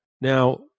Now